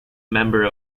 member